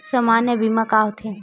सामान्य बीमा का होथे?